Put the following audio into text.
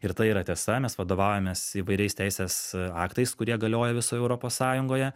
ir tai yra tiesa mes vadovaujamės įvairiais teisės aktais kurie galioja visoj europos sąjungoje